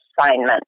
assignment